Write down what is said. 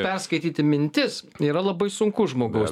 perskaityti mintis yra labai sunku žmogaus